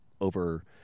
over